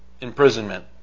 imprisonment